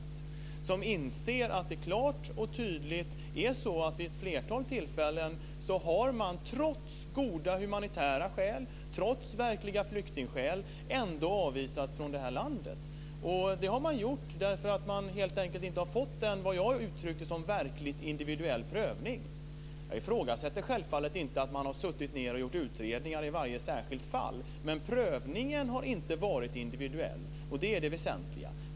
Det är många som inser att det klart och tydligt är så att vid ett flertal tillfällen har man trots goda humanitära skäl, trots verkliga flyktingskäl ändå avvisats från det här landet. Det har skett därför att man helt enkelt inte har fått en, som jag uttrycker det, verkligt individuell prövning. Jag ifrågasätter självfallet inte att man har gjort utredningar i varje särskilt fall. Men prövningen har inte varit individuell, och det är det väsentliga.